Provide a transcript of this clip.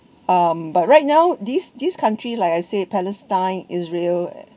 um but right now this this country like I said palestine israel